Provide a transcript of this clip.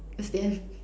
that's the end